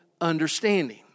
understanding